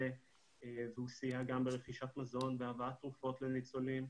והוא סייע גם ברכישת מזון והבאת תרופות לניצולים.